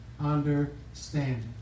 understanding